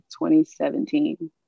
2017